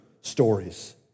stories